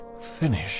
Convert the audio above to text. finish